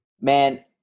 Man